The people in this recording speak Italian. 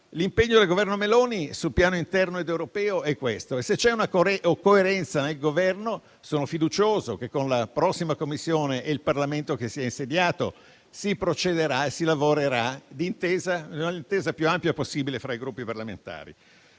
L'impegno del Governo Meloni sul piano interno ed europeo è questo, e se c'è coerenza nel Governo sono fiducioso che con la prossima Commissione e il Parlamento che si è insediato si procederà e si lavorerà con un'intesa che sia la più ampia possibile fra i Gruppi parlamentari.